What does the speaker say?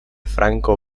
franco